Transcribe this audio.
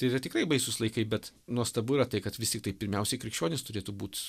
tai yra tikrai baisūs laikai bet nuostabu yra tai kad vis tiktai pirmiausiai krikščionys turėtų būt